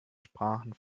sprachen